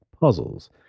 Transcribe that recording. puzzles